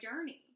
journey